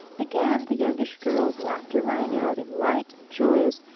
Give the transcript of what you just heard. again the youngish girl's laughter rang out in light, joyous,